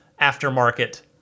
aftermarket